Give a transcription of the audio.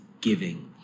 giving